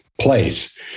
place